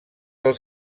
del